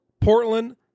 Portland